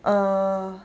err